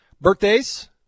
Birthdays